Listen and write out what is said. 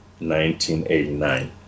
1989